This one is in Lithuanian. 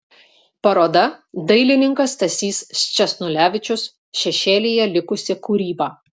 paroda dailininkas stasys sčesnulevičius šešėlyje likusi kūryba